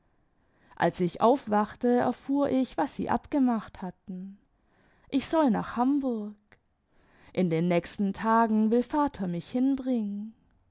als ich aufwachte erfuhr ich was sie abgemacht hatten ich soll nach hamburg in den nächsten tagen will vater mich hinbringen